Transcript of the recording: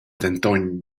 denton